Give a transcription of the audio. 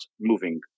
moving